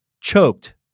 choked